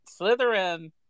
slytherin